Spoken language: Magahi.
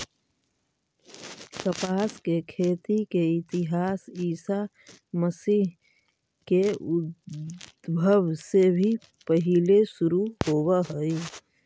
कपास के खेती के इतिहास ईसा मसीह के उद्भव से भी पहिले शुरू होवऽ हई